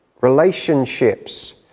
relationships